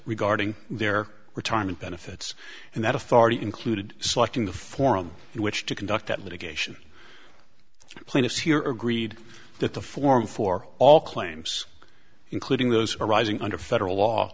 regarding their retirement benefits and that authority included selecting the forum in which to conduct that litigation plaintiffs here agreed that the form for all claims including those arising under federal law